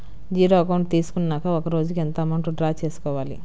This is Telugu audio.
జీరో అకౌంట్ తీసుకున్నాక ఒక రోజుకి ఎంత అమౌంట్ డ్రా చేసుకోవాలి?